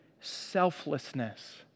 selflessness